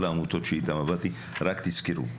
תזכרו,